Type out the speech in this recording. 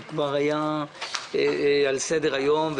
הוא כבר היה על סדר היום.